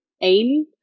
aim